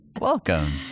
Welcome